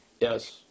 Yes